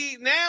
now